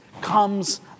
comes